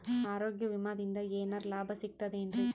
ಆರೋಗ್ಯ ವಿಮಾದಿಂದ ಏನರ್ ಲಾಭ ಸಿಗತದೇನ್ರಿ?